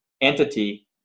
entity